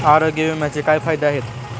आरोग्य विम्याचे काय फायदे आहेत?